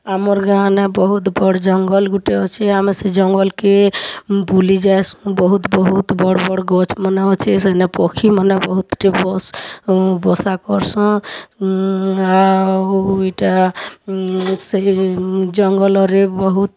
ଆମର୍ ଗାଁ' ନେ ବହୁତ୍ ବଡ଼୍ ଜଙ୍ଗଲ୍ ଗୁଟେ ଅଛେ ଆମେ ସେ ଜଙ୍ଗଲ୍ କେ ବୁଲି ଯାଏସୁଁ ବହୁତ୍ ବହୁତ୍ ବଡ଼୍ ବଡ଼୍ ଗଛ୍ ମାନେ ଅଛେ ସେନେ ପକ୍ଷୀମାନେ ବହୁତ୍ ଟେ ବସା କରସନ୍ ଆଉ ଇ'ଟା ସେ ଜଙ୍ଗଲ୍ ରେ ବହୁତ୍